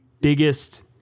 biggest